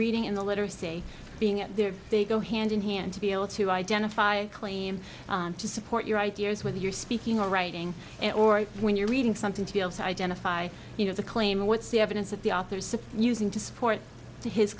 reading in the literacy being there they go hand in hand to be able to identify claim to support your ideas whether you're speaking or writing or when you're reading something to be able to identify you know the claim what's the evidence that the authors using to support his